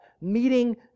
meeting